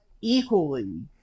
equally